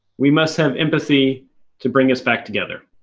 we must have empathy to bring us back together.